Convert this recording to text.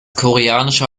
koreanische